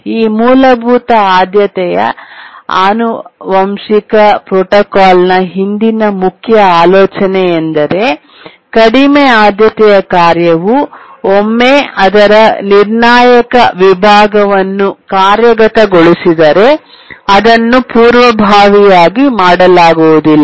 ಈ ಮೂಲಭೂತ ಆದ್ಯತೆಯ ಆನುವಂಶಿಕ ಪ್ರೋಟೋಕಾಲ್ನ ಹಿಂದಿನ ಮುಖ್ಯ ಆಲೋಚನೆಯೆಂದರೆ ಕಡಿಮೆ ಆದ್ಯತೆಯ ಕಾರ್ಯವು ಒಮ್ಮೆ ಅದರ ನಿರ್ಣಾಯಕ ವಿಭಾಗವನ್ನು ಕಾರ್ಯಗತಗೊಳಿಸಿದರೆ ಅದನ್ನು ಪೂರ್ವಭಾವಿಯಾಗಿ ಮಾಡಲಾಗುವುದಿಲ್ಲ